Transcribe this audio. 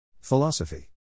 Philosophy